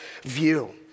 view